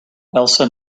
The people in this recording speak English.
elsa